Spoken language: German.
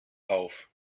auf